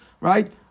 right